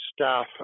staff